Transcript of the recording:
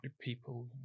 people